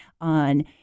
on